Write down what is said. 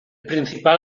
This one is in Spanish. principal